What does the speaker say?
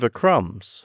crumbs